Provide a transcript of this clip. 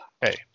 Hey